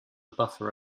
buffer